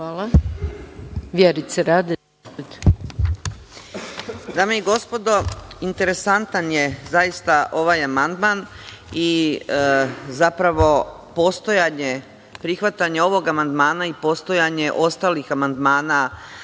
Radeta. **Vjerica Radeta** Dame i gospodo, interesantan je zaista ovaj amandman i zapravo postojanje, prihvatanje ovog amandmana i postojanje ostalih amandmana